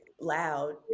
loud